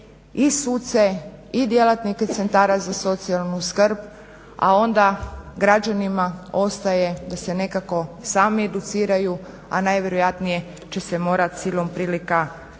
i suce i djelatnike centara za socijalnu skrb, a onda građanima ostaje da se nekako sami educiraju, a najvjerojatnije će se morat silom prilika čim